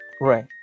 Right